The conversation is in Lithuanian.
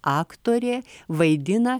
aktorė vaidina